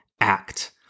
act